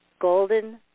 Golden